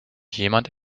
jemand